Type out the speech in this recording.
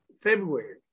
February